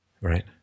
Right